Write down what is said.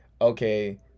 Okay